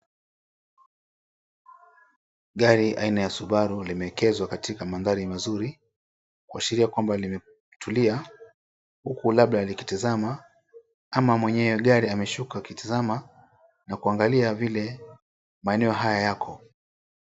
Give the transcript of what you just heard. Gari aina ya subaru limeegezwa katika maadhari mazuri kuashiria kuwa limetulia huku labda likitazama ama mwenye gari ameshuka akitazama na kuangalia vile maeneo haya yako.